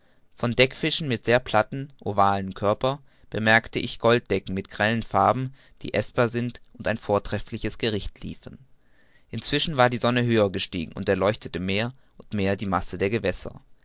von deckfischen mit sehr plattem ovalem körper bemerkte ich golddecken mit grellen farben die eßbar sind und ein vortreffliches gericht liefern inzwischen war die sonne höher gestiegen und erleuchtete mehr und mehr die masse der gewässer